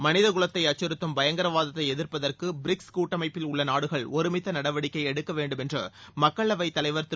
மளித குலத்தை அச்சுறுத்தும் பயங்கரவாதத்தை எதிர்ப்பதற்கு பிரிக்ஸ் கூட்டமைப்பில் உள்ள நாடுகள் ஒருமித்த நடவடிக்கை எடுக்க வேண்டும் என்று மக்களவைத் தலைவர் திரு